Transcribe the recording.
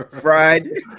fried